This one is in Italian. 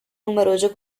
numerose